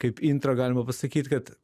kaip intro galima pasakyt kad